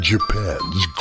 Japan's